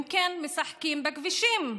הם משחקים בכבישים,